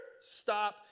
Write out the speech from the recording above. stop